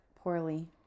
poorly